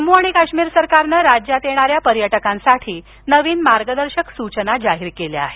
जम्मू आणि काश्मीर सरकारनं राज्यात येणाऱ्या पर्यटकांसाठी नवीन मार्गदर्शक सूचना जारी केल्या आहेत